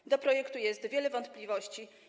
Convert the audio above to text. Co do projektu jest wiele wątpliwości.